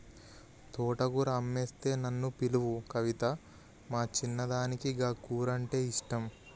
తోటకూర అమ్మొస్తే నన్ను పిలువు కవితా, మా చిన్నదానికి గా కూరంటే ఇష్టం